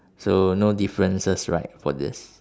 so no differences right for this